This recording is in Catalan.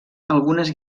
algunes